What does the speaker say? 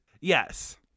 Yes